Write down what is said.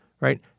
right